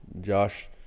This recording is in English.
josh